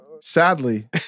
Sadly